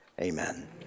amen